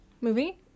Movie